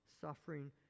suffering